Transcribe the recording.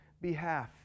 behalf